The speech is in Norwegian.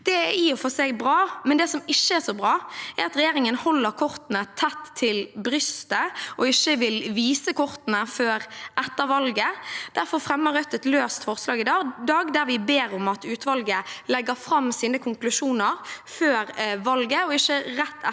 Det er i og for seg bra, men det som ikke er så bra, er at regjeringen holder kortene tett til brystet og ikke vil vise kortene før etter valget. Derfor fremmer Rødt et løst forslag i dag der vi ber om at utvalget legger fram sine konklusjoner før valget, ikke rett etter, slik